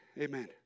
Amen